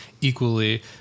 equally